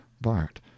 Bart*